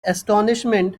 astonishment